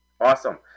Awesome